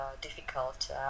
difficult